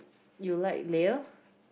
you like layer